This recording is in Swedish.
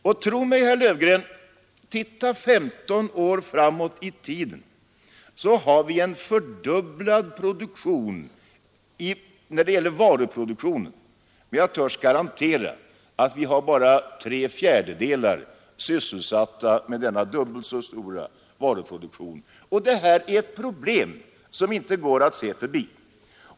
Och tro mig, herr Löfgren, om 15 år har vi sannolikt en fördubblad varuproduktion, men jag törs garantera att vi har bara tre fjärdedelar av dagens arbetskraft sysselsatta. Och detta är ett problem som vi inte kan komma förbi.